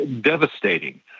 devastating